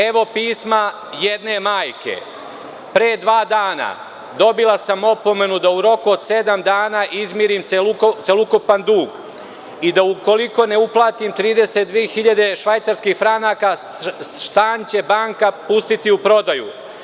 Evo pisma jedne majke - Pre dva dana, dobila sam opomenu da u roku od sedam dana izmirim celokupan dug i da ukoliko ne uplatim 32.000 Švajcarskih franaka, stan će banka pustiti u prodaju.